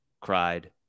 cried